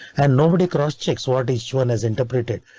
and nobody cross checks what is shown as interpreted.